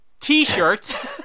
T-shirts